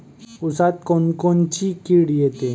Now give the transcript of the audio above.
ऊसात कोनकोनची किड येते?